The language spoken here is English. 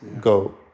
go